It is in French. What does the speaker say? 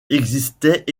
existaient